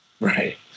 right